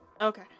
Okay